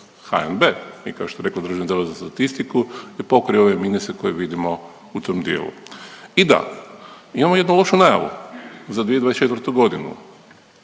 HNB i kao što je rekao DZS je pokrio ove ministre koje vidimo u tom dijelu. I da, imamo jednu lošu najavu za 2024.g.,